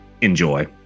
enjoy